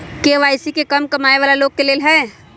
KYC का कम कमाये वाला लोग के लेल है?